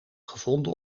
gevonden